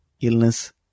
illness